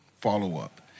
follow-up